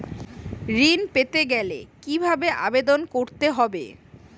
ঋণ পেতে গেলে কিভাবে আবেদন করতে হবে?